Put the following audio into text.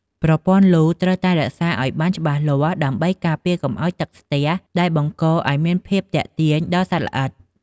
ប្រព័ន្ធលូត្រូវតែរក្សាឱ្យបានច្បាស់លាស់ដើម្បីការពារកុំឱ្យទឹកស្ទះដែលបង្កឲ្យមានភាពទាក់ទាញដល់សត្វល្អិត។